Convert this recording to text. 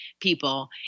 people